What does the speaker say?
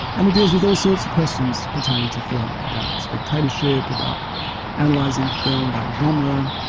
and it deals with all sorts questions pertaining to film about spectatorship, about analysing film, about genre,